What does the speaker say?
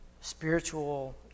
spiritual